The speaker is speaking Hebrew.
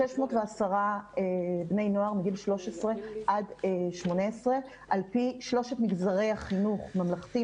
610 בני נוער מגיל 13 עד 18 על פי שלושת מגזרי החינוך: ממלכתי,